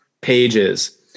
pages